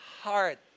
heart